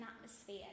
atmosphere